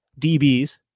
DBs